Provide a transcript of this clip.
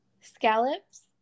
Scallops